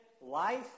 life